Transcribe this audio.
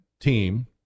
team